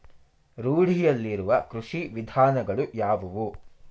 ರೂಢಿಯಲ್ಲಿರುವ ಕೃಷಿ ವಿಧಾನಗಳು ಯಾವುವು?